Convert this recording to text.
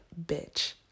bitch